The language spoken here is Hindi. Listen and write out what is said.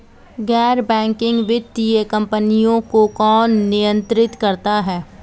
गैर बैंकिंग वित्तीय कंपनियों को कौन नियंत्रित करता है?